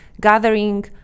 gathering